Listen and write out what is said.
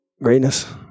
Greatness